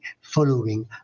following